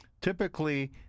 typically